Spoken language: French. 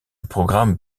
programme